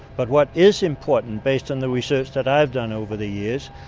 but what is important, based on the research that i've done over the years,